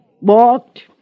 Walked